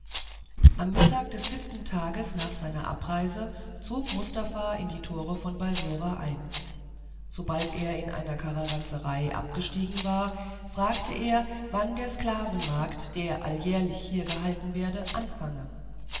am mittag des siebenten tages nach seiner abreise zog mustafa in die tore von balsora ein sobald er in einer karawanserei abgestiegen war fragte er wann der sklavenmarkt der alljährlich hier gehalten werde anfange